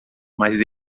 mas